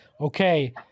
okay